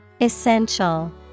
Essential